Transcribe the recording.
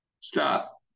Stop